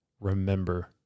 remember